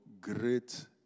great